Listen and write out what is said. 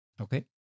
Okay